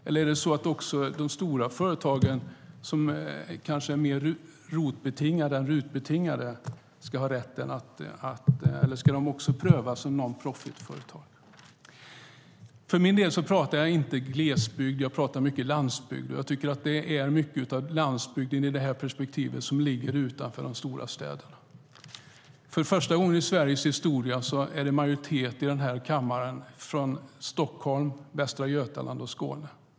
Eller ska kanske även de stora företagen, som är mer ROT-betingade än RUT-betingade, prövas som non-profit-företag? För min del pratar jag inte om glesbygd, jag pratar mycket landsbygd. Jag tycker att det i det här perspektivet är lansbygd som ligger utan de stora städerna. För första gången i Sveriges historia kommer majoriteten av ledamöterna i denna kammare från Stockholm, Västra Götaland och Skåne.